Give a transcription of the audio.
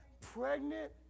Pregnant